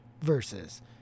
versus